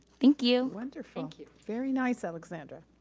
thank you. wonderful. thank you. very nice, alexandra.